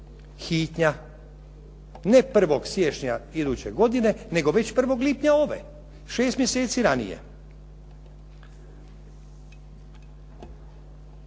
hitnja, ne 1. siječnja iduće godine nego već 1. lipnja ove. 6 mjeseci ranije.